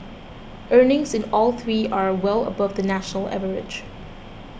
earnings in all three are well above the national average